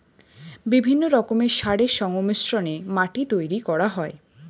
বিভিন্ন রকমের সারের সংমিশ্রণে মাটি তৈরি করা হয়